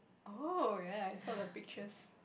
oh ya I saw the pictures